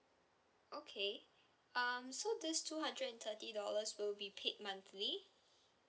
okay um so this two hundred and thirty dollars will be paid monthly